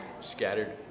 scattered